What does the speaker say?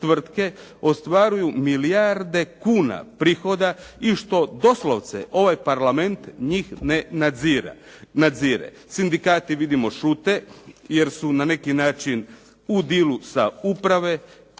ostvaruju milijarde kuna prihoda i što doslovce ovaj parlament njih ne nadzire. Sindikati vidimo šute, jer su na neki način u dealu sa uprave,